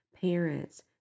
parents